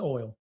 Oil